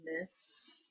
missed